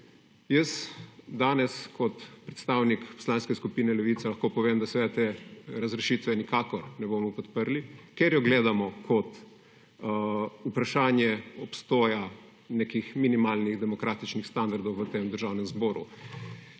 Jaz danes kot predstavnik poslanske skupine Levica lahko povem, da seveda te razrešitve nikakor ne bomo podprli, ker jo gledamo kot vprašanje obstoja nekih minimalnih demokratičnih standardov v tem Državnem zboru.